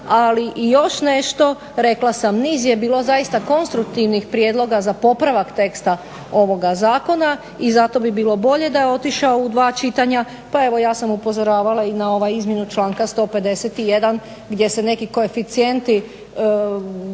ali još nešto rekla sam niz je bilo konstruktivnih prijedloga za popravak teksta ovoga Zakona i zato bi bilo bolje da je otišao u dva čitanja, pa ja sam upozoravala na izmjenu članka 151. gdje se neki koeficijenti ne